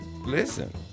Listen